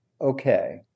okay